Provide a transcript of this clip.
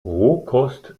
rohkost